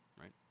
right